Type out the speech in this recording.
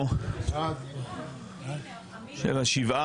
שעברה בשבוע